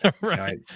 Right